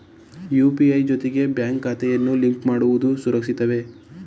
UPI ಜೊತೆಗೆ bank ಖಾತೆಯನ್ನು link ಮಾಡುವುದು ಸುರಕ್ಷಿತವೇ?